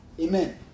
Amen